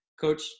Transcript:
Coach